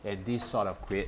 and this sort of create